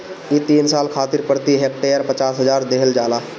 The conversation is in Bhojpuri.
इ तीन साल खातिर प्रति हेक्टेयर पचास हजार देहल जाला